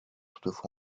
toutefois